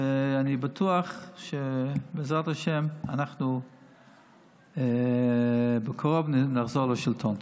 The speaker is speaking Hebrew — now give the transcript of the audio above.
ואני בטוח שבעזרת השם אנחנו בקרוב נחזור לשלטון.